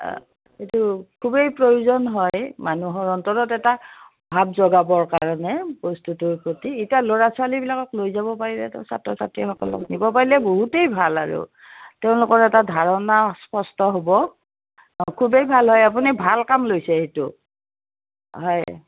এইটো খুবেই প্ৰয়োজন হয় মানুহৰ অন্তৰত এটা ভাৱ জগাবৰ কাৰণে বস্তুটোৰ প্ৰতি এতিয়া ল'ৰা ছোৱালীবিলাকক লৈ যাব পাৰিলেতো ছাত্ৰ ছাত্ৰীসকলক নিব পাৰিলে বহুতেই ভাল আৰু তেওঁলোকৰ এটা ধাৰণা স্পষ্ট হ'ব অঁ খুবেই ভাল হয় আপুনি ভাল কাম লৈছে সেইটো হয়